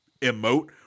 emote